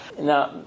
Now